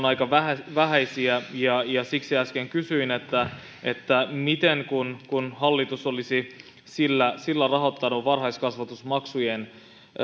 aika vähäisiä vähäisiä ja ja siksi äsken kysyin kun kun hallitus olisi sillä rahoittanut varhaiskasvatusmaksujen